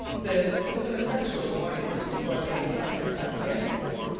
this was an effectual warning, so i made a sign of acquiescence.